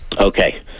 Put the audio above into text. Okay